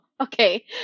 Okay